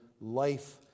life